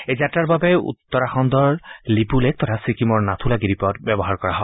এই যাত্ৰাৰ বাবে উত্তৰাখণ্ডৰ লিপুলেখ তথা চিক্কিমৰ নাথুলা গিৰিপথ ব্যৱহাৰ কৰা হয়